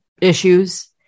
issues